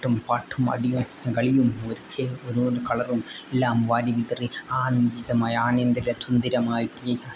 കൊട്ടും പാട്ടും അടിയും കളിയും കളറും എല്ലാം വാരിവിതറി ആനന്ദിതമായി ആനേന്ദര തുന്തിരമായി ഈ